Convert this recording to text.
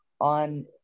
on